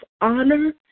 honor